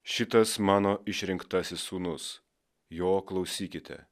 šitas mano išrinktasis sūnus jo klausykite